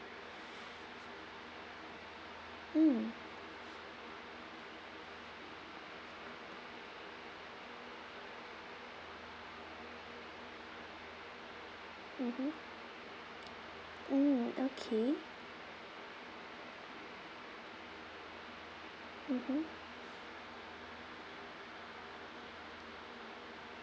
mm mmhmm mm okay mmhmm